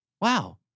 Wow